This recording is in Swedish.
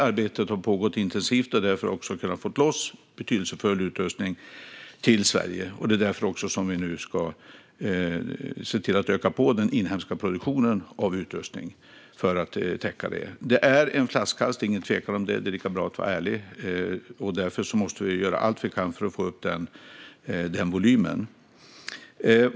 Arbetet har pågått intensivt, och därför har vi kunnat få loss betydelsefull utrustning till Sverige. Vi ska också se till att den inhemska produktionen av utrustning ökas för att täcka upp. Att det är en flaskhals är det ingen tvekan om - det är lika bra att vara ärlig med det. Därför måste vi göra allt vi kan för att få upp volymerna.